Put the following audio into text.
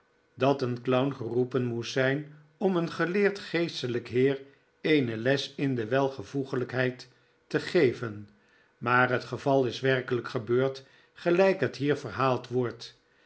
dat een clown geroepen moest zijn om een geleerd geestelijk heer eene les in de welvoeglijkheid te geven maar het geval is werkelijk gebeurd gelijk het hier verhaald wordt